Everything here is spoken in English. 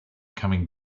coming